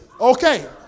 Okay